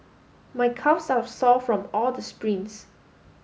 my calves are sore from all the sprints